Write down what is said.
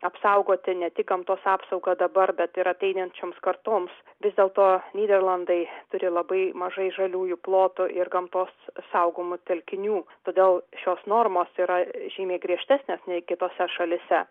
apsaugoti ne tik gamtos apsaugą dabar bet ir ateinančioms kartoms vis dėlto nyderlandai turi labai mažai žaliųjų plotų ir gamtos saugomų telkinių todėl šios normos yra žymiai griežtesnės nei kitose šalyse